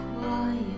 quiet